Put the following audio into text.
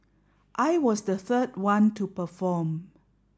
I was the third one to perform